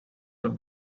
are